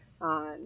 on